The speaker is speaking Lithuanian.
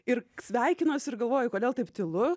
ir sveikinuos ir galvoju kodėl taip tylu